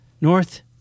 north